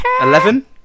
Eleven